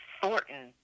Thornton